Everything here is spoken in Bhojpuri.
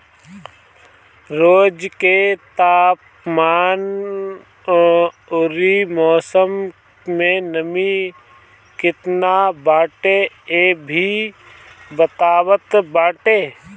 रोज के तापमान अउरी मौसम में नमी केतना बाटे इ भी बतावत बाटे